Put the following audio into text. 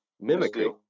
Mimicry